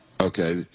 Okay